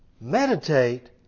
meditate